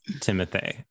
Timothy